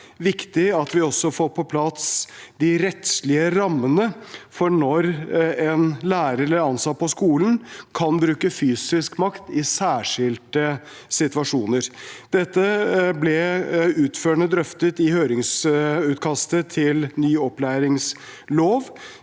det er viktig at vi også får på plass de rettslige rammene for når en lærer eller ansatt på skolen kan bruke fysisk makt i særskilte situasjoner. Dette ble utførlig drøftet i høringsutkastet til ny opplæringslov,